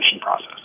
process